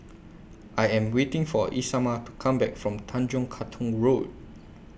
I Am waiting For Isamar to Come Back from Tanjong Katong Road